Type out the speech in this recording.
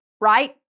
right